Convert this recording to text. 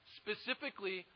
specifically